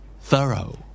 Thorough